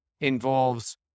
involves